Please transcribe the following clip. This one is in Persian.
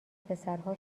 پسرها